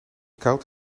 koud